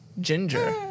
Ginger